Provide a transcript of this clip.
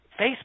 Facebook